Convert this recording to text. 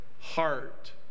heart